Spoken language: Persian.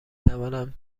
توانم